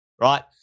right